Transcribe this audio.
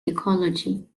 ecology